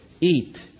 eat